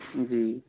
जी